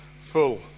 full